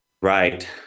right